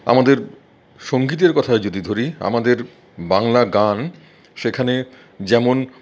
আমাদের সঙ্গীতের কথা যদি ধরি আমাদের বাংলা গান সেখানে যেমন